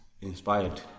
inspired